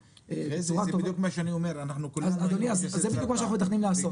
וזה בדיוק מה שאנחנו מתכננים לעשות.